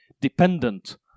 dependent